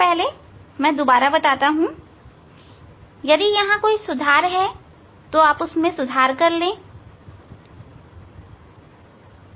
अब मैं पुनः बता रहा हूं कि यदि यहां कोई सुधार है तो आप को सुधार कर लेना चाहिए